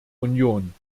union